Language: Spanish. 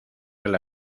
del